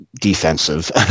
defensive